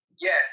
Yes